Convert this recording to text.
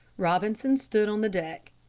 robinson stood on the deck.